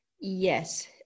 Yes